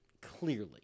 clearly